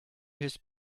his